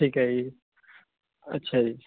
ਠੀਕ ਐ ਜੀ ਅੱਛਾ ਜੀ